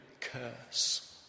curse